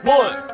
one